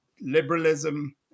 liberalism